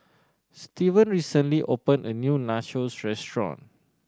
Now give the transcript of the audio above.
Steven recently opened a new Nachos Restaurant